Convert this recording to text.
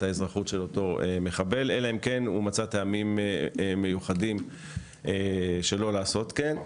האזרחות של אותו מחבל אלא אם כן הוא מצא טעמים מיוחדים שלא לעשות כן.